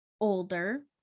older